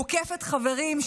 מוקפת חברים,